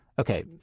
Okay